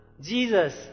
Jesus